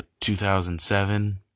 2007